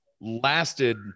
lasted